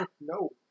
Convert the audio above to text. No